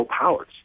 powers